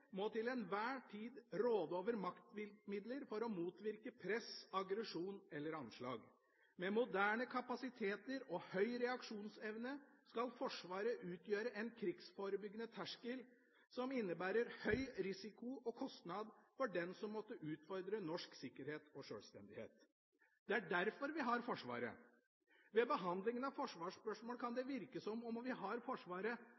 må til enhver tid råde over maktmidler for å motvirke press, aggresjon eller anslag. Med moderne kapasiteter og høy reaksjonsevne skal Forsvaret utgjøre en krigsforebyggende terskel som innebærer høy risiko og kostnad for den som måtte utfordre norsk sikkerhet og sjølstendighet. Det er derfor vi har Forsvaret. Ved behandling av forsvarsspørsmål kan det virke som om vi har Forsvaret